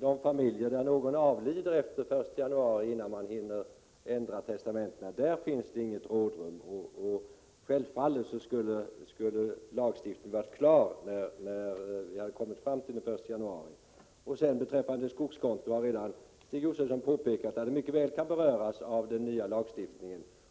de familjer där någon avlider efter den 1 januari men innan testamentena hinner ändras finns inget rådrum. Lagstiftningen skulle självfallet ha varit klar då vi kommer fram till den 1 januari. Vad sedan beträffar skogskonton har Stig Josefson redan påpekat att de mycket väl kan beröras av den nya lagstiftningen.